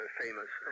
famous